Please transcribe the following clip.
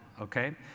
okay